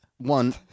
One